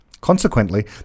Consequently